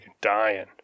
dying